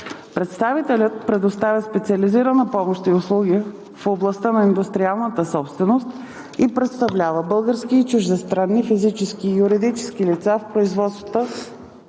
Представителят предоставя специализирана помощ и услуги в областта на индустриалната собственост и представлява български и чуждестранни физически и юридически лица в производствата